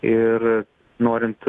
ir norint